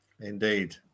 Indeed